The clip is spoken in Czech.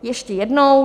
Ještě jednou.